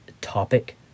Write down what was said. topic